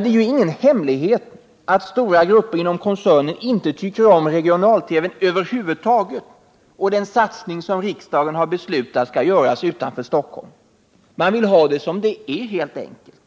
Det är ingen hemlighet att stora grupper inom koncernen inte tycker om regional-TV över huvud taget och den satsning som riksdagen har beslutat skall göras utanför Stockholm. Man vill ha det som det är helt enkelt.